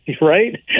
right